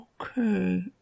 Okay